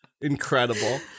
incredible